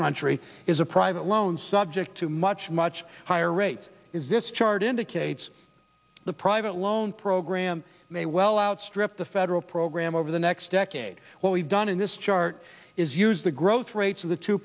country is a private loan subject to much much higher rates is this chart indicates the private loan program may well outstrip the federal program over the next decade what we've done in this chart is use the growth rates of the two